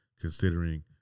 considering